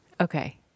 Okay